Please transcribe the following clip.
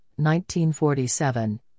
1947